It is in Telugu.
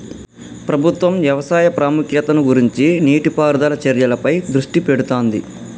ప్రభుత్వం వ్యవసాయ ప్రాముఖ్యతను గుర్తించి నీటి పారుదల చర్యలపై దృష్టి పెడుతాంది